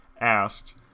asked